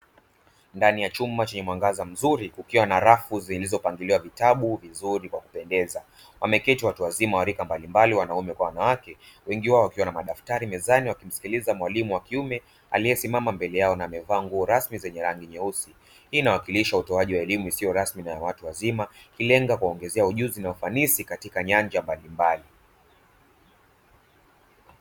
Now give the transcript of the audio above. Ndani ya chumba chenye mwangaza mzuri kukiwa na rafu zilizopangiliwa vitabu vizuri kwa kupendeza, wameketi watu wazima wa rika mbalimbali, wanaume kwa wanawake, wengi wao wakiwa na madaftari mezani wakimsikiliza mwalimu wa kiume aliyesimama mbele yao na amevaa nguo rasmi zenye rangi nyeusi. Hii inawakilisha utoaji wa elimu isiyo rasmi na ya watu wazima, ikilenga kuwaongezea ujuzi na ufanisi katika nyanja mbalimbali.